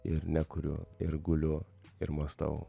ir nekuriu ir guliu ir mąstau